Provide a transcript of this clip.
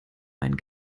meinen